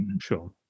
Sure